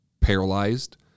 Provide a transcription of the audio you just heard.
paralyzed